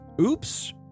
oops